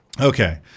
okay